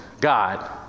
God